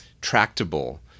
tractable